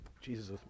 Jesus